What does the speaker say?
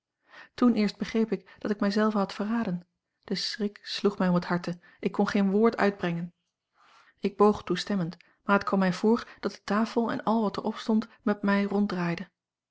toen eerst begreep ik dat ik mij zelve had verraden de schrik sloeg mij om het harte ik kon geen woord uitbrengen ik boog toestemmend maar het kwam mij voor dat de tafel en al wat er opstond met mij